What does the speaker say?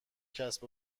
کسب